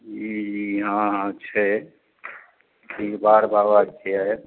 जी जी हाँ हाँ छै डीहबार बाबा छियै